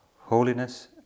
holiness